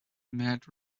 mad